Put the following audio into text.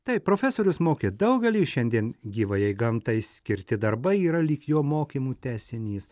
taip profesorius mokė daugelį šiandien gyvajai gamtai skirti darbai yra lyg jo mokymų tęsinys